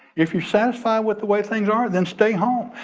if you're satisfied with the way things are, then stay home.